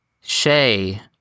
Shay